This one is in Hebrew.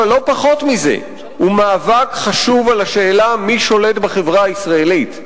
אבל לא פחות מזה הוא מאבק חשוב על השאלה מי שולט בחברה הישראלית.